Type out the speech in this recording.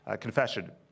confession